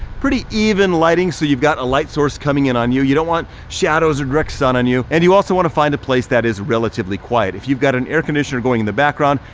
pretty even lighting so you've got a light source coming in on you. you don't want shadows or direct sun on you and you also wanna find a place that is relatively quiet. if you've got an air conditioner going in the background.